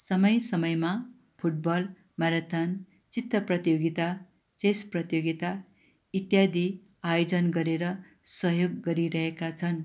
समय समयमा football marathon चित्र प्रतियोगिता चेस प्रतियोगिता इत्यादि आयोजन गरेर सहयोग गरिरहेका छन्